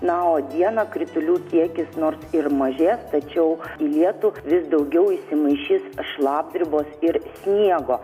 na o dieną kritulių kiekis nors ir mažės tačiau į lietų vis daugiau įsimaišys šlapdribos ir sniego